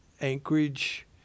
Anchorage